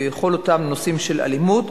וכל אותם נושאים של אלימות.